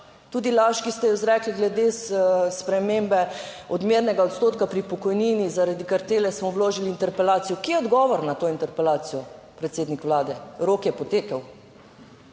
tudi laž, ki ste jo izrekli glede spremembe odmernega odstotka pri pokojnini zaradi kartele smo vložili interpelacijo. Kje je odgovor na to interpelacijo, predsednik Vlade? Rok je potekel.